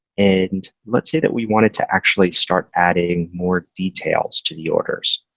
and let's say that we want it to actually start adding more details to the orders.